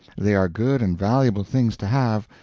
they are good and valuable things to have,